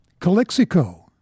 Calixico